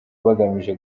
bagamije